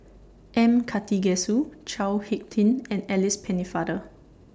M Karthigesu Chao Hick Tin and Alice Pennefather